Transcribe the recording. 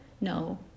No